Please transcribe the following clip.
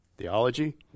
theology